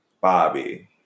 Bobby